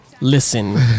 Listen